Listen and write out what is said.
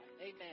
Amen